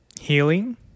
healing